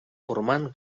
formant